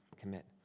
commit